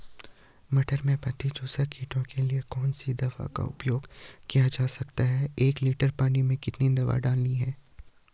मटर में पत्ती चूसक कीट के लिए कौन सी दवा का उपयोग किया जा सकता है एक लीटर पानी में कितनी दवा डालनी है?